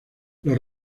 los